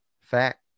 fact